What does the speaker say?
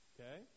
Okay